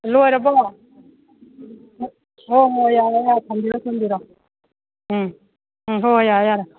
ꯂꯣꯏꯔꯕꯣ ꯍꯣ ꯍꯣ ꯌꯥꯔꯦ ꯌꯥꯔꯦ ꯊꯝꯕꯤꯔꯣ ꯊꯝꯕꯤꯔꯣ ꯎꯝ ꯎꯝ ꯍꯣꯏ ꯍꯣꯏ ꯌꯥꯔꯦ ꯌꯥꯔꯦ